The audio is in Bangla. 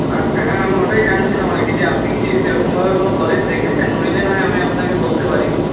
আচ্ছা হ্যাঁ আমি ওটাই জানছিলাম আর কি যে আপনি কি সেরকমভাবে কোনো কলেজ দেখেছেন নইলে নাহয় আমি আপনাকে বলতে পারি